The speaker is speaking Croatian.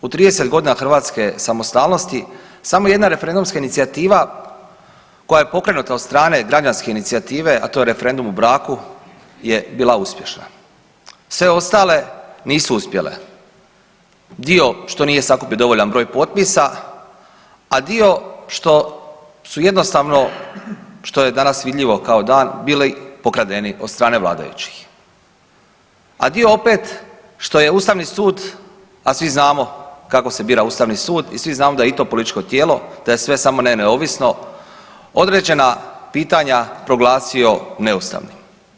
U 30.g. hrvatske samostalnosti samo jedna referendumska inicijativa koja je pokrenuta od strane građanske inicijative, a to je Referendum o braku je bila uspješna, sve ostale nisu uspjele, dio što nije sakupio dovoljan broj potpisa, a dio što su jednostavno, što je danas vidljivo kao dan, bili pokradeni od strane vladajućih, a dio opet što je ustavni sud, a svi znamo kako se bira ustavni sud i svi znamo da je i to političko tijelo i da je sve samo ne neovisno, određena pitanja proglasio neustavnim.